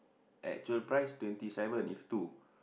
actual price twenty seven if two